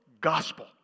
gospel